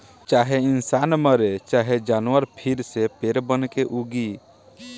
चाहे इंसान मरे चाहे जानवर फिर से पेड़ बनके उगी